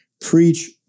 preach